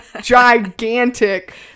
gigantic